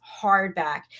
hardback